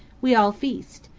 we all feast,